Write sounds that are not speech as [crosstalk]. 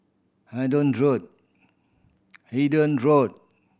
[unintelligible] Road Hendon Road